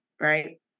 Right